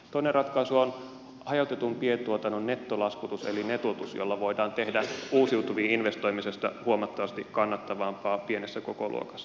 toinen ratkaisu on hajautetun pientuotannon nettolaskutus eli netotus jolla voidaan tehdä uusiutuviin investoimisesta huomattavasti kannattavampaa pienessä kokoluokassa